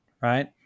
right